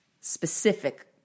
specific